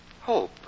Hope